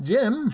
Jim